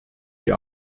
die